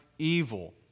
evil